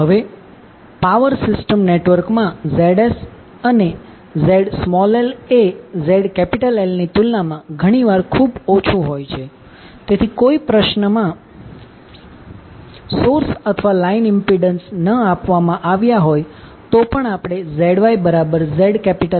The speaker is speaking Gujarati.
હવે પાવર સિસ્ટમ નેટવર્ક માં Zsઅને Zl એ ZLની તુલનામાં ઘણી વાર ખૂબ ઓછુ હોય છે તેથી કોઈ પ્રશ્નમાં સોર્સ અથવા લાઇન ઇમ્પિડન્સ ન આપવામાં આવ્યા હોય તો પણ આપણે ZYZLધારી શકીએ છીએ